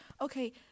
okay